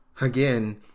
Again